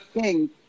King